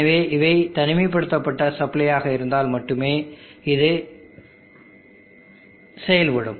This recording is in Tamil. எனவே இவை தனிமைப்படுத்தப்பட்ட சப்ளையாக இருந்தால் மட்டுமே இது செயல்படும்